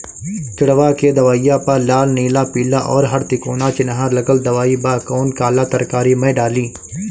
किड़वा के दवाईया प लाल नीला पीला और हर तिकोना चिनहा लगल दवाई बा कौन काला तरकारी मैं डाली?